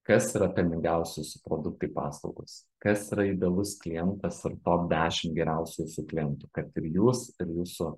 kas yra pelningiausi jūsų produktai paslaugos kas yra idealus klientas ir top dešim geriausių jūsų klientų kad ir jūs ir jūsų